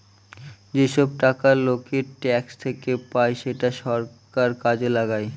যেসব টাকা লোকের ট্যাক্স থেকে পায় সেটা সরকার কাজে লাগায়